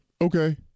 okay